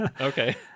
Okay